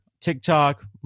TikTok